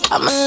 I'ma